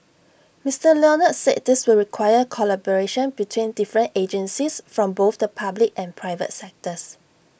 Mister Leonard said this would require collaboration between different agencies from both the public and private sectors